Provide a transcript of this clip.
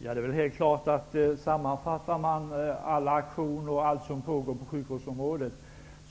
Herr talman! Det är väl helt klart att om man sammanfattar alla aktioner och övrigt som pågår på sjukvårdsområdet